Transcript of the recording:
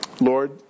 Lord